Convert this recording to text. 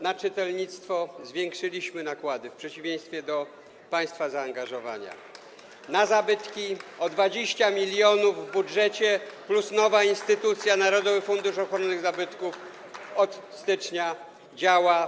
Na czytelnictwo zwiększyliśmy nakłady w budżecie, w przeciwieństwie do państwa zaangażowania, na zabytki - o 20 mln więcej plus nowa instytucja, Narodowy Fundusz Ochrony Zabytków, od stycznia działa.